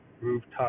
Rooftop